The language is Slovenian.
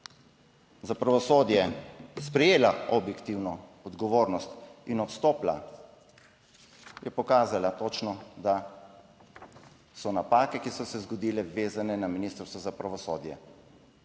za pravosodje sprejela objektivno odgovornost in odstopila je pokazala točno, da so napake, ki so se zgodile, vezane na Ministrstvo za pravosodje.